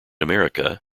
america